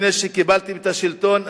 לפני שקיבלתם את השלטון,